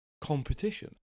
competition